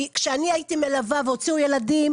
כשאני הייתי מלווה והוציאו ילדים,